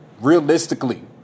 realistically